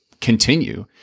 continue